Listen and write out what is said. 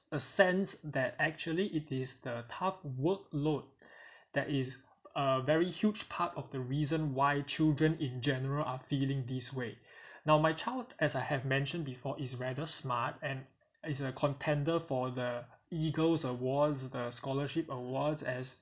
a sense that actually it is the tough work load that is a very huge part of the reason why children in general are feeling this way now my child as I have mentioned before is rather smart and he's a contender for the EAGLES awards the scholarship award as